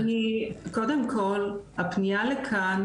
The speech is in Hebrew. אני, קודם כל הפנייה לכאן